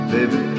Baby